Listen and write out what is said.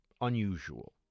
unusual